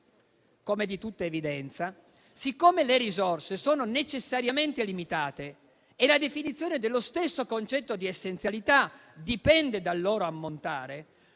Come è di tutta evidenza, siccome le risorse sono necessariamente limitate e la definizione dello stesso concetto di essenzialità dipende dal loro ammontare,